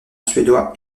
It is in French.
suédois